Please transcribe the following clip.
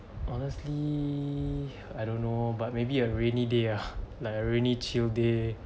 honestly I don't know but maybe a rainy day ah like a rainy chill day